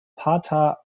pater